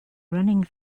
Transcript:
running